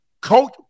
coach